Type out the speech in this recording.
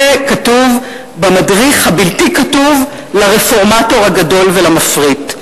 זה כתוב במדריך הבלתי כתוב לרפורמטור הגדול ולמפריט.